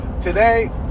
today